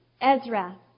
Ezra